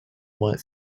might